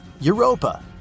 Europa